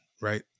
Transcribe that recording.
right